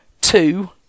two